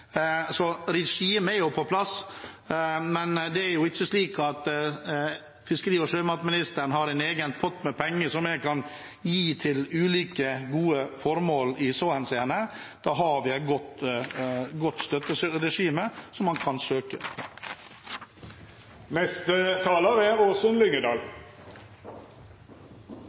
er på plass, men det er ikke slik at fiskeri- og sjømatministeren har en egen pott med penger som han kan gi til ulike gode formål. Da har vi et godt støtteregime, så man kan søke. Tare vokser godt i kaldt vann, og den trives derfor også godt i nord. Det er